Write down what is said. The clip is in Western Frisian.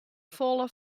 folle